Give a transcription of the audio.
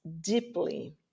deeply